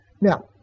Now